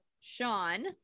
Sean